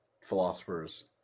philosophers